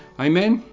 Amen